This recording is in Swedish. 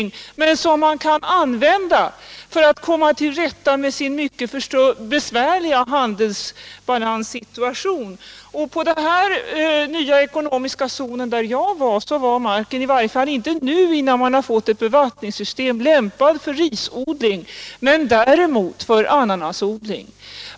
Man framställer där bl.a. sådana produkter som man kan använda för att komma till rätta med sin mycket besvärliga handelsbalanssituation. I den nya ekonomiska zon som jag besökte var marken i varje fall inte nu, innan man fått ett bevattningssystem, lämpad för risodling men däremot för ananasodling.